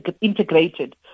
integrated